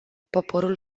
poporul